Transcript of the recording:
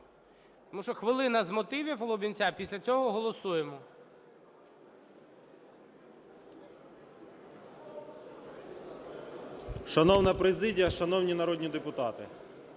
тому що хвилина з мотивів Лубінця, після цього голосуємо.